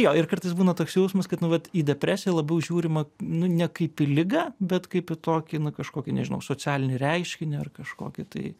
jo ir kartais būna toks jausmas kad nu vat į depresiją labiau žiūrima nu ne kaip į ligą bet kaip į tokį na kažkokį nežinau socialinį reiškinį ar kažkokį tai